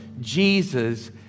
Jesus